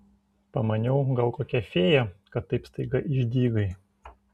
pamaniau gal kokia fėja kad taip staiga išdygai